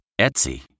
Etsy